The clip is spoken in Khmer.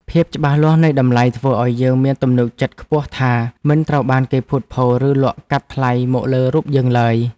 ភាពច្បាស់លាស់នៃតម្លៃធ្វើឱ្យយើងមានទំនុកចិត្តខ្ពស់ថាមិនត្រូវបានគេភូតភរឬលក់កាត់ថ្លៃមកលើរូបយើងឡើយ។